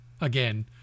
Again